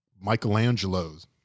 Michelangelo's